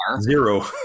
zero